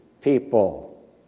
people